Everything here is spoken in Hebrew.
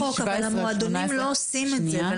החוק, אבל המועדונים לא עושים את זה.